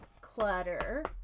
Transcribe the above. clutter